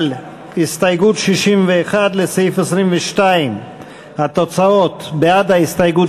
על הסתייגות 61 לסעיף 22. התוצאות: בעד ההסתייגות,